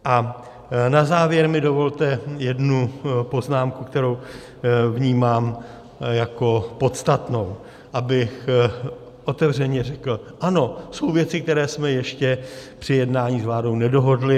A na závěr mi dovolte jednu poznámku, kterou vnímám jako podstatnou, abych otevřeně řekl ano, jsou věci, které jsme ještě při jednání s vládou nedohodli.